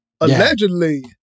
allegedly